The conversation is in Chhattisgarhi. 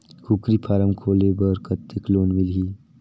कूकरी फारम खोले बर कतेक लोन मिलही?